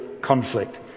conflict